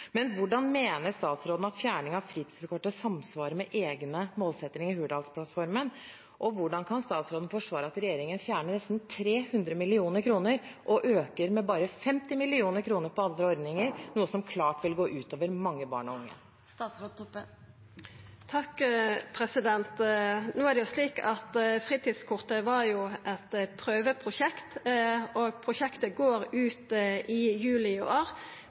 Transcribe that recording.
Hvordan mener statsråden at fjerning av fritidskortet samsvarer med egne målsettinger i Hurdalsplattformen, og hvordan kan statsråden forsvare at regjeringen fjerner nesten 300 mill. kr og øker med bare 50 mill. kr på andre ordninger – noe som klart vil gå ut over mange barn og unge? No er det slik at fritidskortet var eit prøveprosjekt, og prosjektet går ut i juli i år.